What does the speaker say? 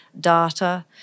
data